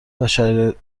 بشریت